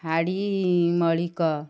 Hadi Malik